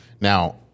Now